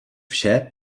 vše